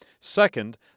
Second